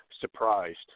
surprised